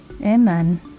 Amen